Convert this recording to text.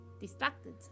distracted